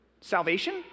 Salvation